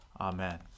Amen